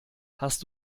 hast